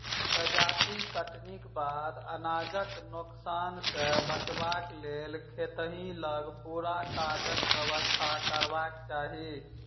जजाति कटनीक बाद अनाजक नोकसान सॅ बचबाक लेल खेतहि लग पूरा काजक व्यवस्था करबाक चाही